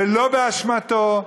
ולא באשמתו,